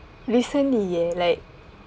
listen ya like